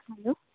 hello